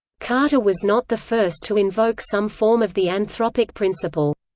carter was not the first to invoke some form of the anthropic principle.